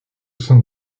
san